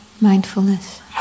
mindfulness